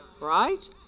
right